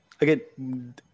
again